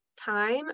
time